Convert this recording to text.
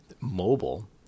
mobile